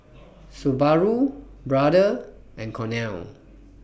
Subaru Brother and Cornell